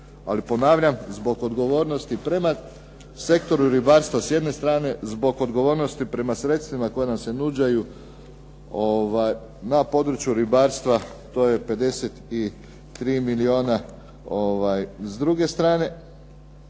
ali ponavljam, zbog odgovornosti prema sektoru ribarstva s jedne strane, zbog odgovornosti prema sredstvima koja nam se nude, na području ribarstva to je 53 milijuna s druge strane